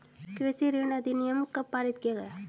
कृषि ऋण अधिनियम कब पारित किया गया?